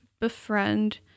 befriend